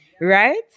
right